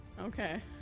okay